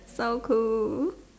so cool